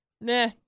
nah